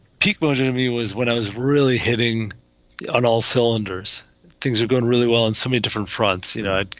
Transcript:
peak bulging to me was when i was really hitting on all so and things are going really well in so many different fronts. you know,